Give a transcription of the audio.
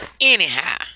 anyhow